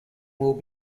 will